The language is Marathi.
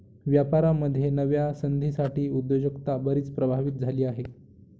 व्यापारामध्ये नव्या संधींसाठी उद्योजकता बरीच प्रभावित झाली आहे